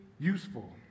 useful